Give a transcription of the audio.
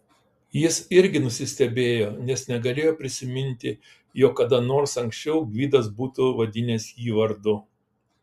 jis irgi nusistebėjo nes negalėjo prisiminti jog kada nors anksčiau gvidas būtų vadinęs jį vardu